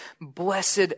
blessed